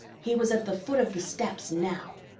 he was at the foot of the steps now.